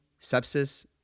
sepsis